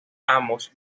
amos